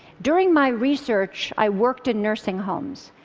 during my research i worked in nursing homes,